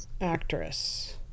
actress